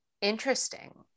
interesting